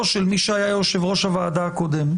של מי שהיה יושב-ראש הוועדה הקודם.